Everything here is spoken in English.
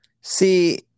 See